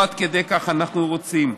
לא עד כדי כך אנחנו רוצים.